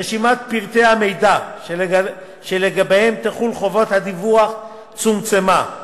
רשימת פריטי המידע שלגביהם תחול חובת הדיווח צומצמה,